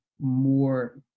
more